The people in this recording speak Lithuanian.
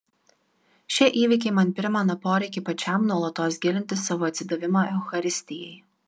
šie įvykiai man primena poreikį pačiam nuolatos gilinti savo atsidavimą eucharistijai